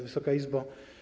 Wysoka Izbo!